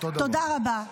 תודה רבה.